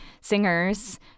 singers